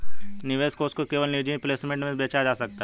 निवेश कोष को केवल निजी प्लेसमेंट में बेचा जा सकता है